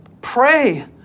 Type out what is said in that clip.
pray